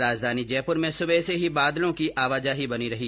राजधानी जयपुर में सुबह से ही बादलों की आवाजाही बनी रही